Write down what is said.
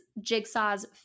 Jigsaw's